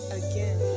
again